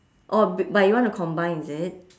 orh b~ but you wanna combine is it